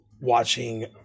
watching